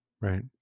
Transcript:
Right